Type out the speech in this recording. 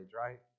right